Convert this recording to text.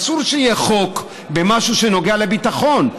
אסור שיהיה חוק במשהו שנוגע לביטחון.